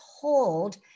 told